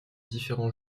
différents